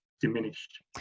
diminished